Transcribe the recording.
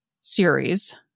series